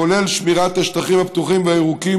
כולל שמירת השטחים הפתוחים והירוקים,